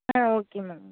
ah okay ma'am